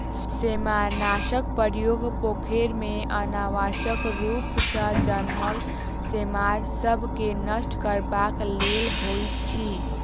सेमारनाशकक प्रयोग पोखैर मे अनावश्यक रूप सॅ जनमल सेमार सभ के नष्ट करबाक लेल होइत अछि